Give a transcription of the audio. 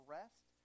rest